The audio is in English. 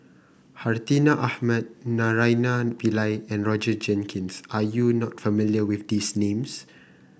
Hartinah Ahmad Naraina Pillai and Roger Jenkins are you not familiar with these names